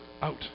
out